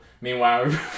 Meanwhile